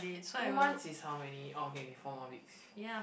two months is how many orh okay okay four more weeks